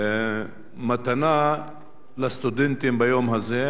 מתנה לסטודנטים ביום הזה,